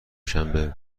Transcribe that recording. شنبه